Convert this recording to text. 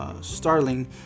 Starling